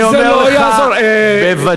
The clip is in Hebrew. אני אומר לך בוודאי.